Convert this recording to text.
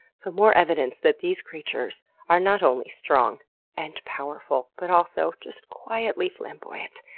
so more evidence that these creatures are not only strong and powerful, but also just quietly flamboyant.